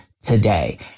today